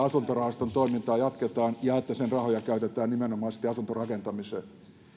asuntorahaston toimintaa jatketaan ja että sen rahoja käytetään nimenomaisesti asuntorakentamiseen